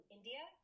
India